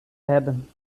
hebben